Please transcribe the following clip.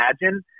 imagine